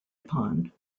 upon